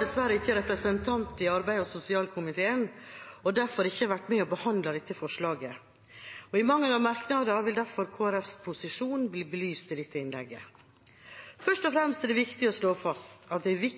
dessverre ikke representant i arbeids- og sosialkomiteen, og har derfor ikke vært med på å behandle dette forslaget. I mangel av merknader vil derfor Kristelig Folkepartis posisjon bli belyst i dette innlegget. Først og fremst er det viktig å slå fast at de